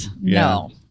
No